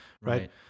Right